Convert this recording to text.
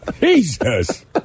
Jesus